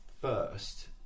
first